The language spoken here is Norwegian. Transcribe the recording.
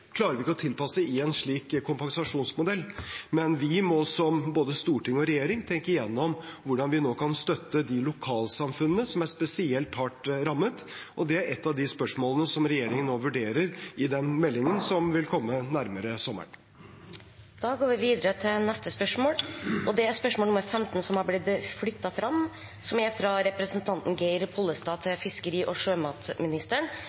klarer vi ikke å tilpasse i en slik kompensasjonsmodell, men vi må som både storting og regjering tenke igjennom hvordan vi nå kan støtte de lokalsamfunnene som er spesielt hardt rammet. Det er ett av de spørsmålene som regjeringen nå vurderer i den meldingen som vil komme nærmere sommeren. Vi går videre til spørsmål 15, som har blitt flyttet fram. Dette spørsmålet, fra representanten Geir Pollestad